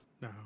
No